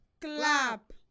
clap